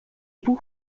puc